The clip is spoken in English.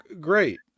great